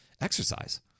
exercise